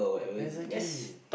exactly